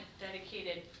dedicated